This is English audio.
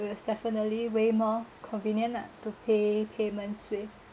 it was definitely way more convenient lah to pay payments with